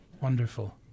Wonderful